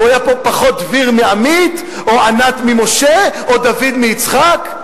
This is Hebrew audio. היה בו פחות דביר מעמית או ענת ממשה או דוד מיצחק?